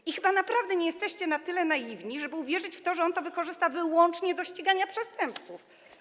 I chyba naprawdę nie jesteście na tyle naiwni, żeby uwierzyć w to, że on to wykorzysta wyłącznie do ścigania przestępców.